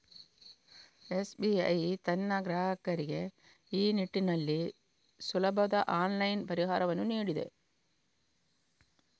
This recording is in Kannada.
ಎಸ್.ಬಿ.ಐ ತನ್ನ ಗ್ರಾಹಕರಿಗೆ ಈ ನಿಟ್ಟಿನಲ್ಲಿ ಸುಲಭವಾದ ಆನ್ಲೈನ್ ಪರಿಹಾರವನ್ನು ನೀಡಿದೆ